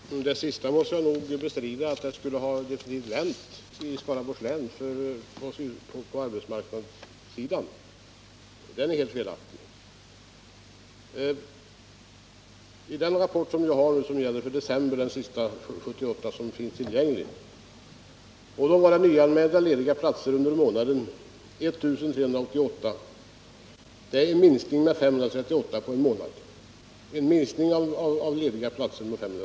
Herr talman! Det sista måste jag nog bestrida — att det skulle ha vänt i Skaraborgs län på arbetsmarknadssidan. Det är helt felaktigt. I den rapport jag har som gäller för december — den senaste för 1978 som finns tillgänglig — anges antalet nyanmälda lediga platser under månaden vara 1388. Det är en minskning av antalet lediga platser med 538 på en månad.